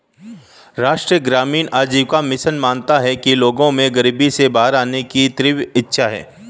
राष्ट्रीय ग्रामीण आजीविका मिशन मानता है कि लोगों में गरीबी से बाहर आने की तीव्र इच्छा है